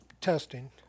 testing